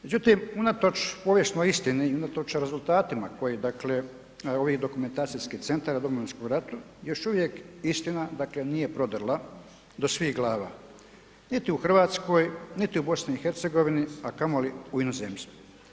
Međutim, unatoč povijesnoj istini i unatoč rezultatima koji ovi dokumentacijski centri o Domovinskom ratu još uvijek istina nije prodrla do svih glava niti u Hrvatskoj, niti u BiH, a kamoli u inozemstvu.